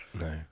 No